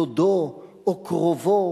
דודו או קרובו,